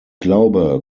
glaube